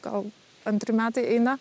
gal antri metai eina